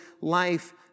life